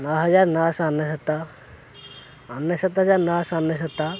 ନଅହଜାର ନଅଶହ ଅନେଶତ ଅନେଶତ ହଜାର ନଅଶହ ଅନେଶତ